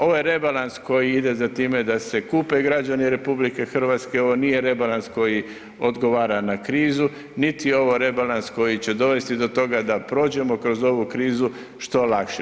Ovaj rebalans koji ide za time da se kupe građani RH, ovo nije rebalans koji odgovara na krizu, niti je ovo rebalans koji će dovesti do toga da prođemo kroz ovu krizu što lakše.